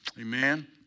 Amen